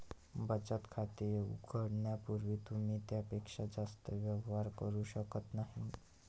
बचत खाते उघडण्यापूर्वी तुम्ही त्यापेक्षा जास्त व्यवहार करू शकत नाही